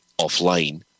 offline